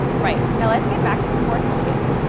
right, now let's get back to the course home page.